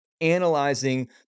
analyzing